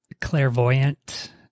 clairvoyant